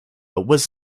was